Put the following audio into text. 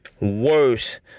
worse